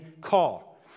call